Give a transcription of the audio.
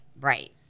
right